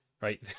right